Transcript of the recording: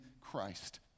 Christ